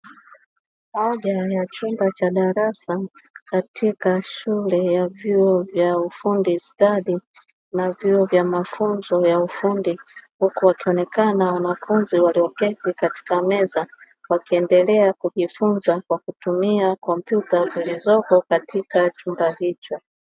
Moja ya chumba cha darasa katika shule ya vyuo vya ufundi stadi na vyuo vya mafunzo ya ufundi, huku wakionekana wanafunzi walioketi katika meza wakiendelea kujifunza kwa kutumia kompyuta zilizoko katika chumba hicho.